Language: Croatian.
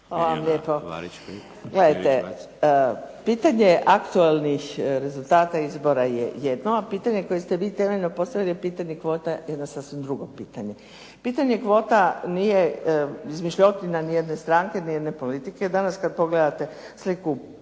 pitanje aktualnih rezultata izbora je jedno, a pitanje koje ste vi temeljno postavili je pitanje kvote, jedno sasvim drugo pitanje. Pitanje kvota nije izmišljotina ni jedne stranke, ni jedne politike. Danas kad pogledate sliku